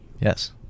yes